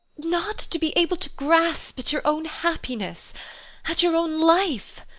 not to be able to grasp at your own happiness at your own life!